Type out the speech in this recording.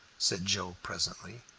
said joe presently.